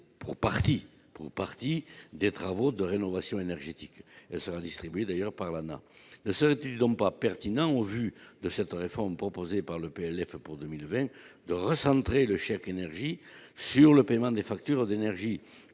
pour partie des travaux de rénovation énergétique, elle sera distribuée d'ailleurs par l'Anaes, ne serait-il donc pas pertinent au vu de cette réforme proposée par le PLF pour 2020 de recentrer le chèque énergie sur le paiement des factures d'énergie,